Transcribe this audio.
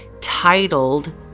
titled